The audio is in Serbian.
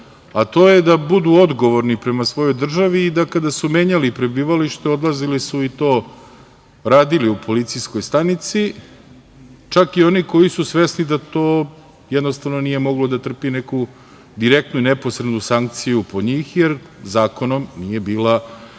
a to je da budu odgovorni prema svojoj državi i da kada su menjali prebivalište, odlazili su i to radili u policijskoj stanici čak i oni koji su svesni da to jednostavno nije moglo da trpi neku direktnu i neposrednu sankciju po njih, jer zakonom nije bila